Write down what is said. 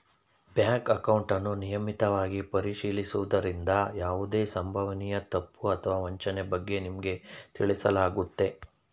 bank ಅಕೌಂಟನ್ನು ನಿಯಮಿತವಾಗಿ ಪರಿಶೀಲಿಸುವುದ್ರಿಂದ ಯಾವುದೇ ಸಂಭವನೀಯ ತಪ್ಪು ಅಥವಾ ವಂಚನೆ ಬಗ್ಗೆ ನಿಮ್ಗೆ ತಿಳಿಸಲಾಗುತ್ತೆ